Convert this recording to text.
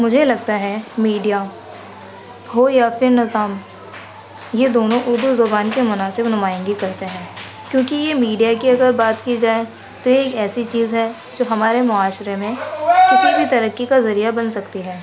مجھے لگتا ہے میڈیا ہو یا پھر نظام یہ دونوں اردو زبان کے مناسب نمائندگی کرتے ہیں کیوں کہ یہ میڈیا کی اگر بات کی جائے تو یہ ایک ایسی چیز ہے جو ہمارے معاشرے میں کسی بھی ترقی کا ذریعہ بن سکتی ہے